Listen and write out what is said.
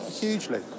hugely